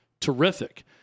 terrific